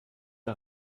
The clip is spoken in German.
der